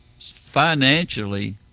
financially